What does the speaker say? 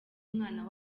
mwana